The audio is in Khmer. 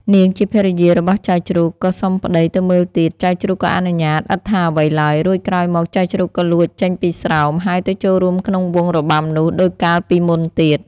នាងជាភរិយារបស់ចៅជ្រូកក៏សុំប្ដីទៅមើលទៀត ចៅជ្រូកក៏អនុញ្ញាឥតថាអ្វីឡើយ រួចក្រោយមកចៅជ្រូកក៏លួចចេញពីស្រោម ហើយទៅចូលរួមក្នុងវង់របាំនោះ ដូចកាលពីមុនទៀត។